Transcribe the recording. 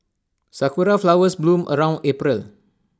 Sakura Flowers bloom around April